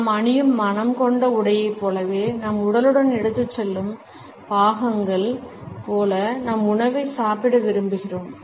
நாம் அணியும் மணம் கொண்ட உடையைப் போலவே நம் உடலுடன் எடுத்துச் செல்லும் பாகங்கள் போல நம் உணவை சாப்பிட விரும்புகிறோம்